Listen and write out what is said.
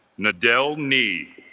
nadel knee